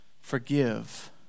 forgive